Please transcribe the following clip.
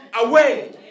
away